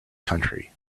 country